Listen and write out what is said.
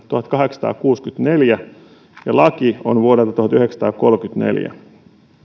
tuhatkahdeksansataakuusikymmentäneljä ja laki on vuodelta tuhatyhdeksänsataakolmekymmentäneljä